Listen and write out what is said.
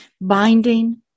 binding